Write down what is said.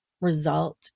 result